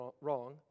wrong